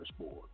Board